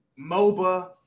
moba